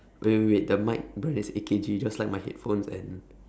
wait wait wait the mic brand is A_K_G just like my headphones and